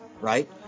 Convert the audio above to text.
right